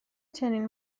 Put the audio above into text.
چنین